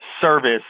service